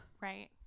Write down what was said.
Right